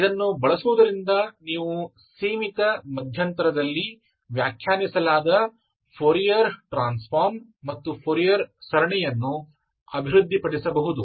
ಆದ್ದರಿಂದ ಇದನ್ನು ಬಳಸುವುದರಿಂದ ನೀವು ಸೀಮಿತ ಮಧ್ಯಂತರದಲ್ಲಿವ್ಯಾಖ್ಯಾನಿಸಲಾದ ಫೌರಿಯರ್ ಟ್ರಾನ್ಸ್ಫಾರ್ಮ್ ಮತ್ತು ಫೋರಿಯರ್ ಸರಣಿಯನ್ನು ಅಭಿವೃದ್ಧಿಪಡಿಸಬಹುದು